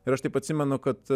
ir aš taip atsimenu kad